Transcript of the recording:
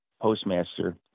postmaster